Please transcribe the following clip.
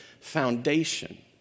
foundation